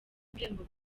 ibihembo